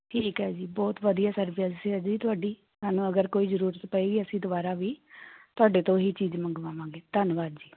ਠੀਕ ਆ ਜੀ ਬਹੁਤ ਵਧੀਆ ਸਰਵਿਸ ਹੈ ਜੀ ਤੁਹਾਡੀ ਸਾਨੂੰ ਅਗਰ ਕੋਈ ਜ਼ਰੂਰਤ ਪਈ ਅਸੀਂ ਦੁਬਾਰਾ ਵੀ ਤੁਹਾਡੇ ਤੋਂ ਹੀ ਚੀਜ਼ ਮੰਗਵਾਵਾਂਗੇ ਧੰਨਵਾਦ ਜੀ